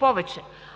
Колкото